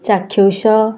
ଚାକ୍ଷୁଷ